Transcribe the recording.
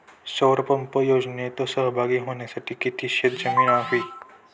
सौर पंप योजनेत सहभागी होण्यासाठी किती शेत जमीन हवी?